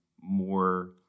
more